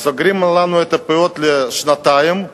אז סוגרים לנו את הפעולות לשנתיים: